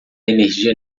energia